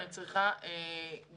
אני צריכה גוף